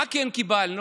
מה כן קיבלנו?